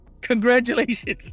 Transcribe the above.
Congratulations